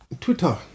Twitter